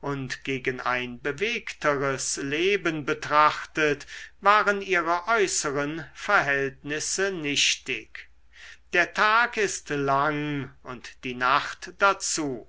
und gegen ein bewegteres leben betrachtet waren ihre äußeren verhältnisse nichtig der tag ist lang und die nacht dazu